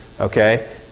Okay